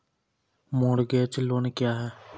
Mortgage loan क्या है?